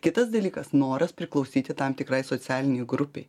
kitas dalykas noras priklausyti tam tikrai socialinei grupei